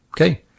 okay